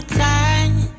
time